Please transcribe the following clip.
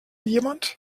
jemand